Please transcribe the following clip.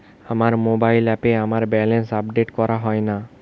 আমার মোবাইল অ্যাপে আমার ব্যালেন্স আপডেট করা হয় না